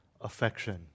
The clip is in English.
affection